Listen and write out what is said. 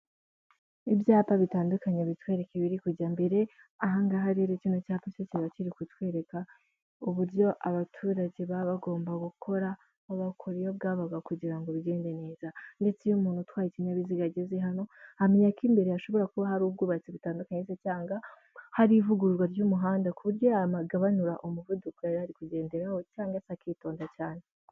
Ibyapa bitandukanye bitwereka ibiri kujya mbere, aha ngaha rero kino cyapa cyo cyaba kiri kutwereka uburyo abaturage baba bagomba gukora, bagakora iyo bwabaga kugira ngo bigende neza ndetse iyo umuntu utwaye ikinyabiziga ageze hano, ahamenya ko imbere hashobora kuba hari ubwubatsi butandukanye cyangwa hari ivugururwa ry'umuhanda ku buryo yagabanura umuvuduko yarari kugenderaho cyangwase akitonda cyane.